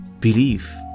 belief